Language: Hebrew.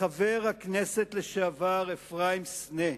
לחבר הכנסת לשעבר אפרים סנה,